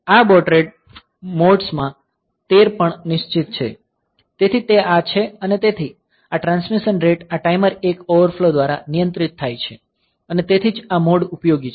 આ baud rate MODs 13 માં પણ નિશ્ચિત છે તેથી તે આ છે અને તેથી આ ટ્રાન્સમિશન રેટ આ ટાઈમર 1 ઓવરફ્લો દ્વારા નિયંત્રિત થાય છે અને તેથી જ આ MOD ઉપયોગી છે